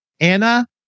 Anna